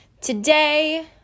Today